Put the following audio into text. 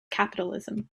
capitalism